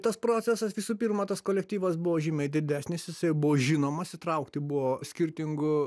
tas procesas visų pirma tas kolektyvas buvo žymiai didesnis jisai buvo žinomas įtraukti buvo skirtingų